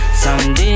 someday